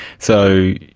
so,